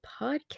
podcast